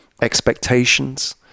expectations